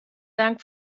dank